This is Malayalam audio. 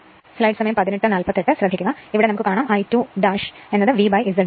ഇപ്പോൾ നമുക്ക് കാണാം I2VZ ആണ്